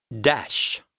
Dash